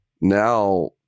Now